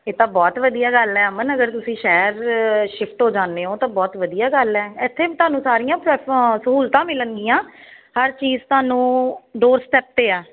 ਇਹ ਤਾਂ ਬਹੁਤ ਵਧੀਆ ਗੱਲ ਹੈ ਅਮਨ ਅਗਰ ਤੁਸੀਂ ਸ਼ਹਿਰ ਸ਼ਿਫਟ ਹੋ ਜਾਂਦੇ ਹੋ ਤਾਂ ਬਹੁਤ ਵਧੀਆ ਗੱਲ ਹੈ ਇਥੇ ਤੁਹਾਨੂੰ ਸਾਰੀਆਂ ਸਹੂਲਤਾਂ ਮਿਲਣਗੀਆਂ ਹਰ ਚੀਜ਼ ਤੁਹਾਨੂੰ ਡੋਰਸਟੈੱਪ 'ਤੇ ਆ